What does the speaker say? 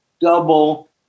double